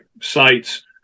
sites